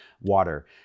water